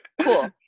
cool